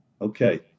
Okay